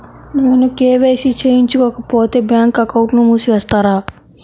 నేను కే.వై.సి చేయించుకోకపోతే బ్యాంక్ అకౌంట్ను మూసివేస్తారా?